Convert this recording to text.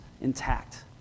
intact